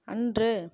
அன்று